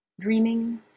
Dreaming